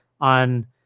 on